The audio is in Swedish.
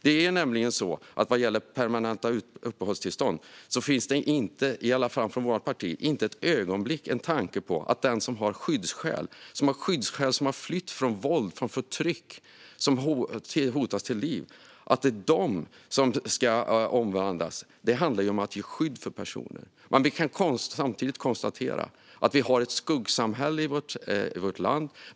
Det är nämligen så att vad gäller permanenta uppehållstillstånd finns det i alla fall från vårt parti inte ett ögonblick en tanke att det är de som har skyddsskäl, de som har flytt från våld och förtryck och som hotas till livet, vars uppehållstillstånd ska omvandlas. Det handlar om att ge skydd för personer. Men vi kan samtidigt konstatera att vi har ett skuggsamhälle i vårt land.